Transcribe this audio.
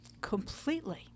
Completely